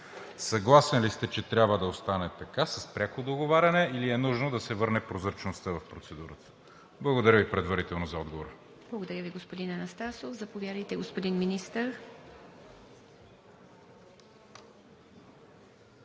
Съгласен ли сте, че трябва да остане така – с пряко договаряне, или е нужно да се върне прозрачността в процедурата? Благодаря Ви предварително за отговора. ПРЕДСЕДАТЕЛ ИВА МИТЕВА: Благодаря Ви, господин Анастасов. Заповядайте, господин Министър.